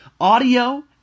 audio